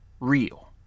real